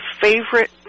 favorite